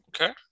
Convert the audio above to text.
Okay